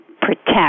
protect